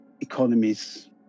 economies